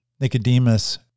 Nicodemus